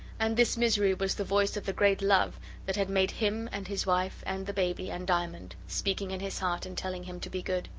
and this misery was the voice of the great love that had made him and his wife and the baby and diamond, speaking in his heart, and telling him to be good.